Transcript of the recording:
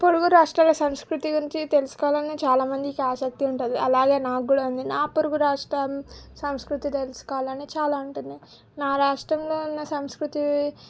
పొరుగు రాష్ట్రాల సంస్కృతి గురించి తెలుసుకోవాలని చాలా మందికి ఆసక్తి ఉంటుంది అలాగే నాకు కూడా ఉంది నా పొరుగు రాష్టం సంస్కృతి తెలుసుకోవాలని చాలా ఉంటుంది నా రాష్టంలో ఉన్న సంస్కృతి